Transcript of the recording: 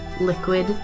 liquid